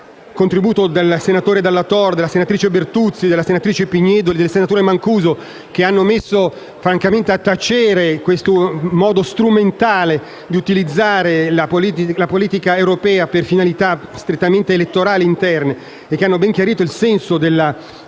contributi del senatore Dalla Tor, della senatrice Bertuzzi, della senatrice Pignedoli e del senatore Mancuso, che hanno messo a tacere questo modo strumentale di utilizzare la politica europea per finalità strettamente elettorali interne ed hanno ben chiarito il senso della legge